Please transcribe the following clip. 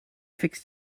fix